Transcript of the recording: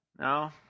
No